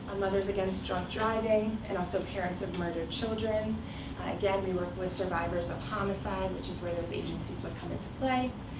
mothers against drunk driving, and also parents of murdered children again, we work with survivors of homicide, which is where those agencies would come into play.